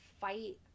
fight